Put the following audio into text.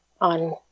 on